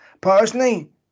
personally